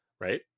Right